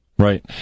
Right